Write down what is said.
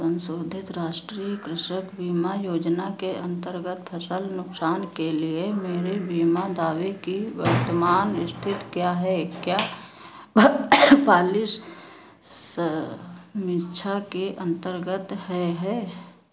संशोधित राष्ट्रीय कृषक बीमा योजना के अंतर्गत फसल नुकसान के लिए मेरे बीमा दावे की वर्तमान स्थिति क्या है क्या पॉलिश समीक्षा के अंतर्गत है है